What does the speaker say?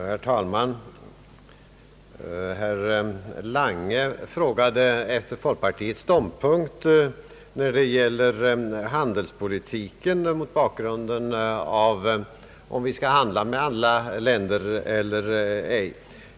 Herr talman! Herr Lange frågade efter folkpartiets ståndpunkt när det gäller handelspolitiken mot bakgrunden av problemet om vi skall handla med alla länder eller ej.